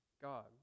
God